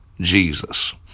Jesus